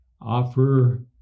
offer